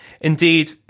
Indeed